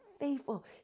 faithful